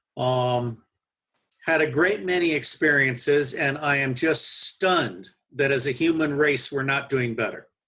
um had a great many experiences and i am just stunned that as a human race, we are not doing better.